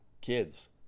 kids